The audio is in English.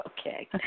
Okay